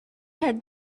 had